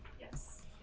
yes